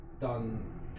done